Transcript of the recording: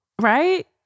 Right